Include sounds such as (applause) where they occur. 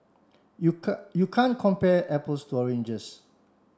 you (unintelligible) you can't compare apples to oranges